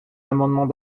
amendement